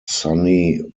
sunni